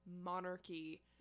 monarchy